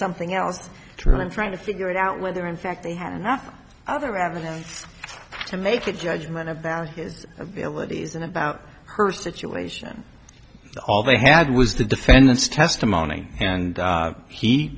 something else too and trying to figure it out whether in fact they had enough other evidence to make a judgment about his abilities and about her situation all they had was the defendant's testimony and he he